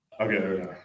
Okay